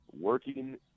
working